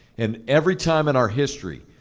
and every time in our history,